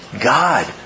God